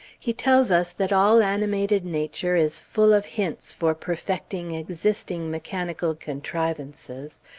he tells us that all animated nature is full of hints for perfecting existing mechanical contrivances,